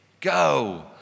Go